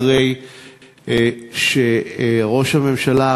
אחרי שראש הממשלה,